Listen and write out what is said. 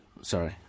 Sorry